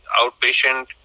outpatient